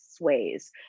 ways